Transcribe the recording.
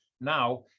now